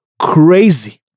Crazy